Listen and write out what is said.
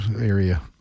area